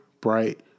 bright